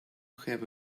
have